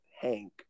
Hank